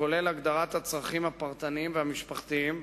הכולל הגדרת הצרכים הפרטניים והמשפחתיים,